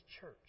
church